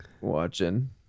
watching